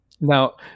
Now